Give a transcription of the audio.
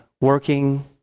working